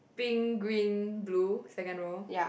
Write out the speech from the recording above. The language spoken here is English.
pink green blue second row